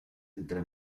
entre